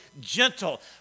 gentle